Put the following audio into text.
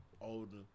older